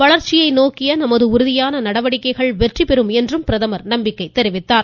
வளர்ச்சியை நோக்கிய நமது உறுதியான நடவடிக்கைகள் வெற்றியை பெறும் என்றும் அவர் நம்பிக்கை தெரிவித்தார்